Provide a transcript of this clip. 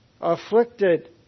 afflicted